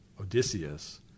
Odysseus